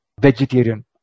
vegetarian